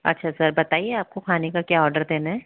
अच्छा सर बताइए आपको खाने का क्या ऑर्डर देना है